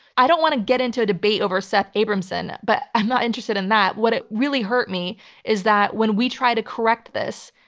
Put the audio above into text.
i don't want to get into a debate over seth abramson, but i'm not interested in that. what ah really hurt me is that when we tried to correct this,